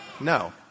No